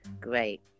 Great